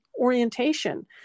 orientation